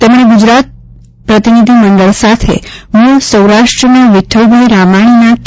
તેમણે ગુજરાત પ્રતિનિધિમંડળ સાથે મૂળ સૌરાષ્ટ્રના વિઠ્ઠલભાઇ રામાણીના કે